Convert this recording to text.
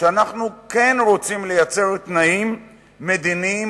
שאנחנו כן רוצים ליצור תנאים מדיניים